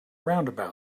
roundabout